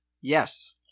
Yes